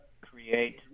create